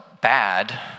bad